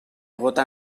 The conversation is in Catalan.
gota